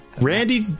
Randy